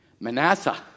Manasseh